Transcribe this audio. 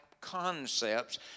concepts